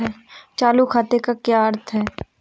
चालू खाते का क्या अर्थ है?